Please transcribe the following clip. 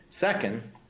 Second